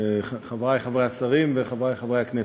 חברי השרים וחברי חברי הכנסת,